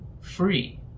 free